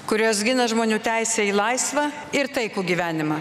kurios gina žmonių teisę į laisvą ir taikų gyvenimą